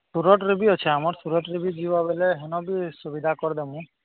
ସୁରଟ୍ରେ ବି ଅଛେ ଆମର୍ ସୁରଟ୍ରେ ବି ଯିବ ବେଲେ ହେନ ବି ସୁବିଧା କରିଦେମୁ